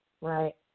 right